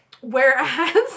whereas